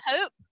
hope